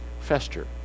fester